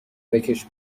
بکـش